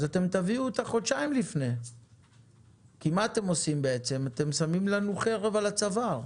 אתם תביאו אותה חודשיים לפני כי אתם בעצם שמים לנו חרב על הצוואר.